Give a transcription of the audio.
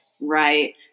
Right